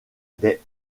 des